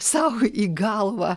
sau į galvą